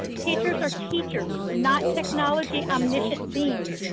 teachers are teachers, not technology omniscient beings.